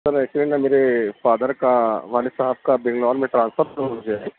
سر actually نہ میرے father کا والد صاحب کا بنگال میں ٹرانسفر ہو گیا ہے